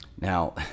Now